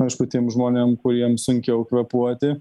aišku tiem žmonėm kuriem sunkiau kvėpuoti